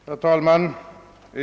Herr talman!